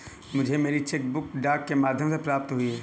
मुझे मेरी cheque book डाक के माध्यम से प्राप्त हुई है